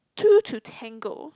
two to tangle